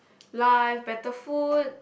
life better food